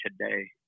today